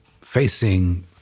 facing